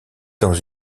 dans